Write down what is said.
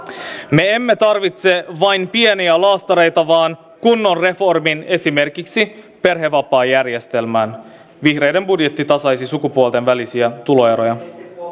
me emme tarvitse vain pieniä laastareita vaan kunnon reformin esimerkiksi perhevapaajärjestelmään vihreiden budjetti tasaisi sukupuolten välisiä tuloeroja